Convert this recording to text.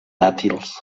dàtils